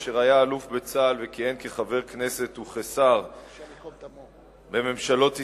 אשר היה אלוף בצה"ל וכיהן כחבר הכנסת וכשר בממשלות ישראל,